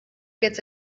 gets